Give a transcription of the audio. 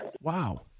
Wow